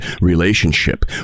relationship